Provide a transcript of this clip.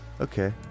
Okay